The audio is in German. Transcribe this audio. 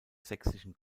sächsischen